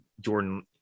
Jordan